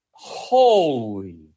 holy